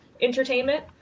entertainment